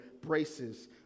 braces